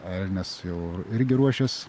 o elnias jau irgi ruošias